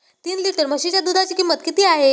तीन लिटर म्हशीच्या दुधाची किंमत किती आहे?